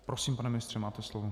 Prosím, pane ministře, máte slovo.